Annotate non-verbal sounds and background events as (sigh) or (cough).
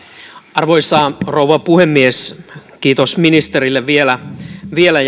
arvoisa rouva puhemies kiitos ministerille vielä vielä (unintelligible)